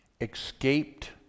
escaped